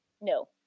No